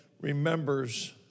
remembers